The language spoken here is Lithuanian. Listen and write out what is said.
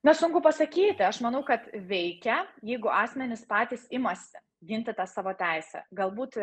na sunku pasakyti aš manau kad veikia jeigu asmenys patys imasi ginti tą savo teisę galbūt